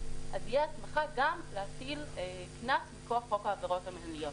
אז תהיה הסמכה גם להטיל קנס מכוח חוק העבירות המנהליות.